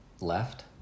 left